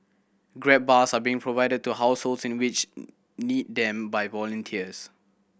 grab bars are being provided to households in which need them by volunteers